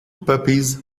puppies